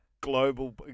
global